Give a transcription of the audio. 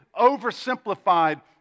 oversimplified